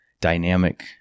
dynamic